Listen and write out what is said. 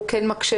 הוא כן מקשה,